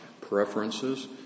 Preferences